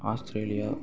Australia